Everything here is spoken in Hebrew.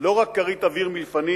לא רק כרית אוויר מלפנים,